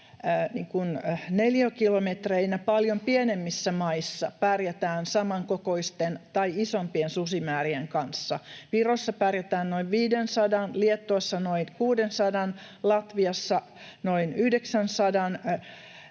neliökilometreinä paljon pienemmissä maissa pärjätään samankokoisten tai isompien susimäärien kanssa. Virossa pärjätään noin 500:n, Liettuassa noin 600:n, Latviassa noin 900